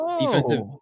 defensive